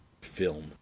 film